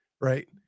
Right